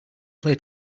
play